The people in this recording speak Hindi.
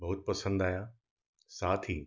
बहुत पसंद आया साथ ही